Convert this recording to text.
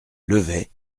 levait